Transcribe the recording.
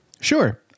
Sure